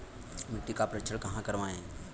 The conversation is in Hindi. मिट्टी का परीक्षण कहाँ करवाएँ?